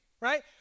right